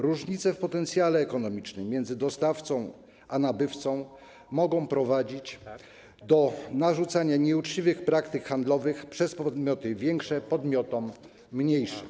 Różnice w potencjale ekonomicznym między dostawcą a nabywcą mogą prowadzić do narzucenia nieuczciwych praktyk handlowych przez podmioty większe podmiotom mniejszym.